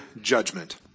judgment